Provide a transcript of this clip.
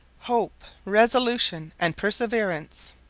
hope! resolution! and perseverance